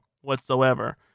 whatsoever